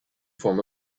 form